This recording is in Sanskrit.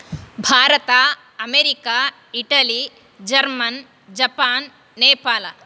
Bharata America Italy German Japan Nepal